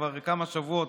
כבר כמה שבועות,